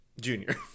Junior